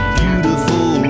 beautiful